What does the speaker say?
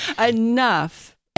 Enough